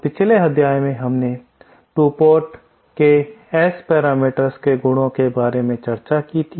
तो पिछले अध्याय में हमने 2 पोर्ट के S पैरामीटर्स के गुणों के बारे में चर्चा की थी